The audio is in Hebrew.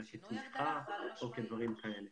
אלא כתמיכה או כדברים כאלה.